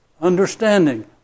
understanding